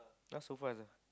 !huh! so fast ah